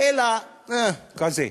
אלא "אה" כזה.